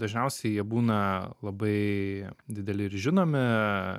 dažniausiai jie būna labai dideli ir žinomi